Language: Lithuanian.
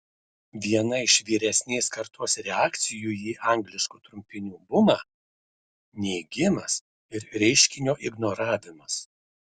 viena iš vyresnės kartos reakcijų į angliškų trumpinių bumą neigimas ir reiškinio ignoravimas